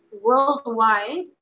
worldwide